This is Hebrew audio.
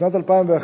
בשנת 2011,